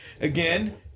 again